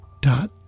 dot